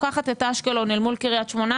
אשקלון מול קריית שמונה,